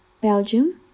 Belgium